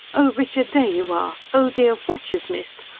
oh, richard, there you are! oh dear, what you've missed!